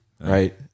right